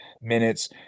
minutes